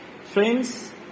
Friends